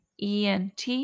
ENT